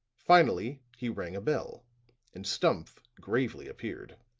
finally he rang a bell and stumph gravely appeared.